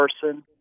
person